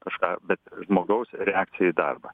kažką bet žmogaus reakciją į darbą